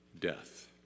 death